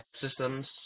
systems